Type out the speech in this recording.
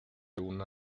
una